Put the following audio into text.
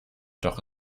doch